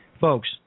Folks